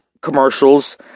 commercials